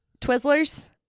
Twizzlers